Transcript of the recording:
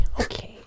okay